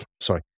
sorry